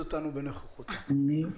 בבקשה.